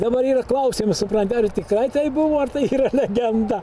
dabar yra klausimas supranti ar tikrai taip buvo ar tai yra legenda